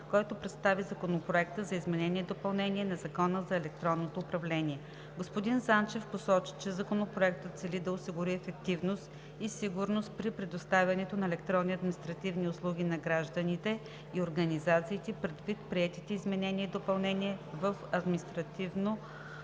който представи Законопроекта за изменение и допълнение на Закона за електронното управление. Господин Занчев посочи, че Законопроектът цели да осигури ефективност и сигурност при предоставянето на електронни административни услуги на гражданите и организациите предвид приетите изменения и допълнения в Административнопроцесуалния